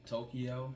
Tokyo